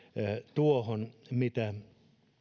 tuohon mitä